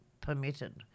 permitted